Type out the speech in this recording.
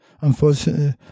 unfortunately